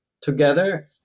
together